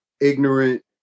ignorant